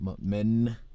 Men